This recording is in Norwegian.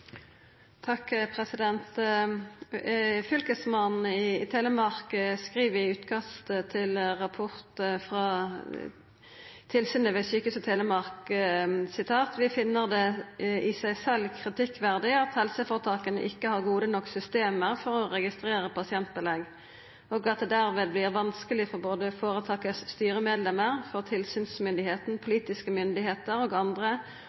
Fylkesmannen i Telemark skriv i utkast til rapport frå tilsynet ved Sykehuset Telemark: «Vi finner det i seg selv kritikkverdig at helseforetakene ikke har gode nok systemer for å registrere pasientbelegg, og at det derved blir vanskelig for både foretakets styremedlemmer, for tilsynsmyndigheten, politiske myndigheter og andre